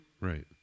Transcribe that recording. right